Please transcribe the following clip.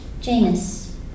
Janus